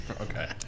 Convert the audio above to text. okay